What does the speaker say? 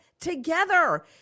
together